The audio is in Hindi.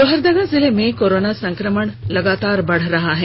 लोहरदगा जिले में कोरोना संकमण लगातार बढ़ रहा है